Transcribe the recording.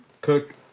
cook